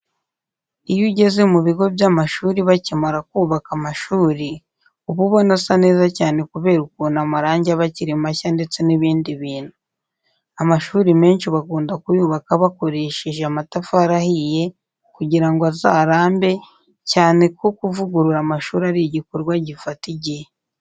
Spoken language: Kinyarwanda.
Iyo ugeze mu bigo by'amashuri bakimara kubaka amashuri, uba ubona asa neza cyane kubera ukuntu amarangi aba akiri mashya ndetse n'ibindi bintu. Amashuri menshi bakunda kuyubaka bakoreshe amatafari ahiye kugira ngo azarambe, cyane ko kuvugurura amashuri ari igikorwa gifata igihe.